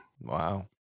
Wow